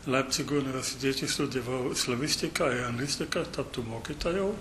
leipcigo universitete studijavau slavistiką ir anglistiką tapti mokytojau